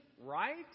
right